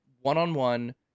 one-on-one